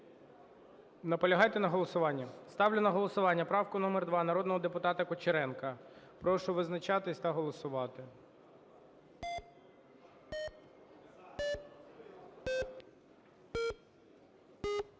Наполягаєте на голосуванні? Ставлю на голосування правку номер 2 народного депутата Кучеренка. Прошу визначатися та голосувати.